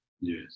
Yes